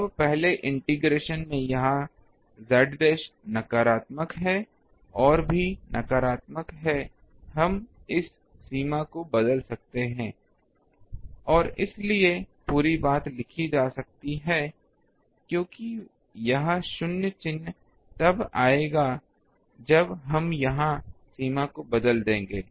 अब पहले इंटीग्रेशन में यह z डैश नकारात्मक है यह भी नकारात्मक है हम इस सीमा को बदल सकते हैं और इसलिए पूरी बात लिखी जा सकती है क्योंकि यह शून्य चिह्न तब आएगा जब हम यहां सीमा को बदल देंगे